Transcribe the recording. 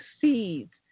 seeds